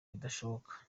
bidashoboka